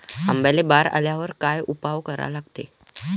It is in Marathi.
आंब्याले बार आल्यावर काय उपाव करा लागते?